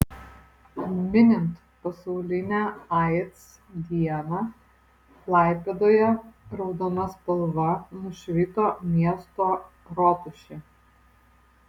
minint pasaulinę aids dieną klaipėdoje raudona spalva nušvito miesto rotušė